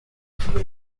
whitney